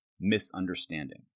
misunderstanding